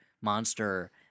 monster